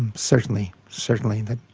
and certainly, certainly. the